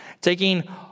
taking